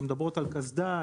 שמדברות על קסדה,